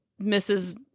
Mrs